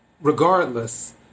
Regardless